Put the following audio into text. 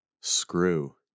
screw